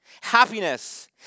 Happiness